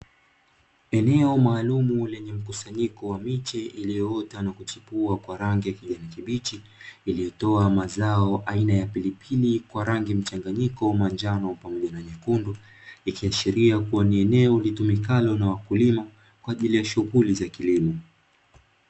Eneo maalumu lenye mkusanyiko wa miche iliyoota na kuchipua kwa rangi ya kijani kibichi, iliyotoa mazao aina ya pilipili kwa rangi mchanganyiko, manjano pamoja na nyekundu, ikiashiria kuwa ni eneo litumikalo na wakulima kwa ajili ya shughuli za kilimo.